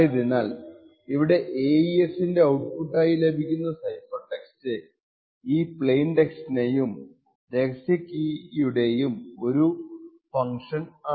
ആയതിനാൽ ഇവിടെ AES ന്റെ ഔട്ട്പുട്ട് ആയി ലഭിക്കുന്ന സൈഫർ ടെക്സ്റ്റ് ഈ പ്ലെയിൻ ടെസ്റ്റിന്റെയും രഹസ്യ കീയുടെയും ഒരു ഫങ്ക്ഷൻ ആണ്